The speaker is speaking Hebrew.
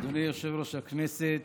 אדוני יושב-ראש הכנסת,